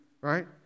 right